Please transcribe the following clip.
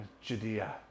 Judea